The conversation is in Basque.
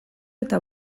eta